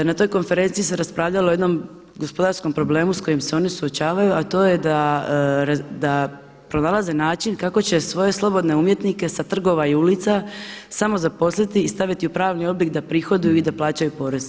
Na toj konferenciji se raspravljalo o jednom gospodarskom problemu sa kojim se oni suočavaju, a to je da pronalaze način kako će svoje slobodne umjetnike sa trgova i ulica samo zaposliti i staviti u pravni oblik da prihoduju i da plaćaju porez.